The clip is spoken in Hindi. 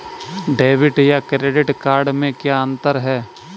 डेबिट या क्रेडिट कार्ड में क्या अन्तर है?